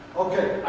ok.